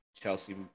Chelsea